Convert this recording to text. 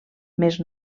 més